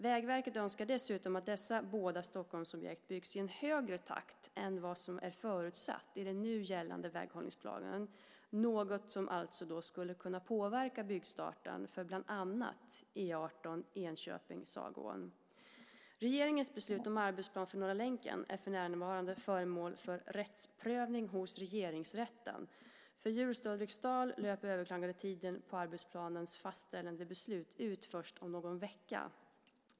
Vägverket önskar dessutom att dessa båda Stockholmsobjekt byggs i en högre takt än vad som är förutsatt i nu gällande väghållningsplan, något som skulle kunna påverka byggstarten av bland annat E 18 Enköping-Sagån. Regeringens beslut om arbetsplanen för Norra länken är för närvarande föremål för rättsprövning hos Regeringsrätten. För Hjulsta-Ulriksdal löper överklagandetiden på arbetsplanens fastställelsebeslut ut först om någon vecka.